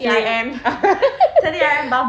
fail